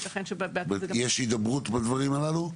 יש הידברות בדברים הללו?